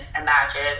imagine